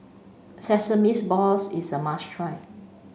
Sesames Balls is a must try